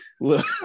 look